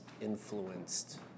influenced